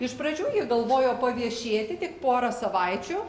iš pradžių galvojo paviešėti tik pora savaičių